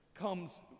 comes